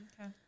Okay